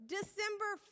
December